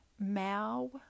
Mao